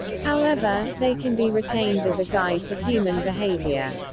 however, they can be retained as a guide to human behavior.